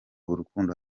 urukundo